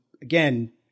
again